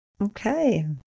Okay